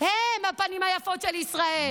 הם הפנים היפות של ישראל.